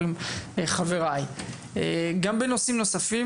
גם בנושאים נוספים.